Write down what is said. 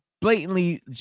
blatantly